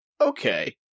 okay